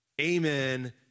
amen